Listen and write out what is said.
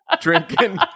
drinking